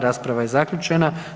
Rasprava je zaključena.